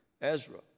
Ezra